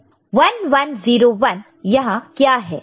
तो 1 1 0 1 यहां क्या है